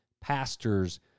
pastors